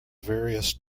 various